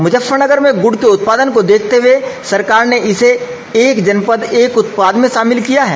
मुजफ्फरनगर में गुड़ के उत्पादन को देखते हुए सरकार ने इसे एक जनपद एक उत्पाद में शामिल किया है